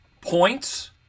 points